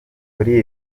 kuri